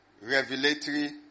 revelatory